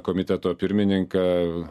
komiteto pirmininką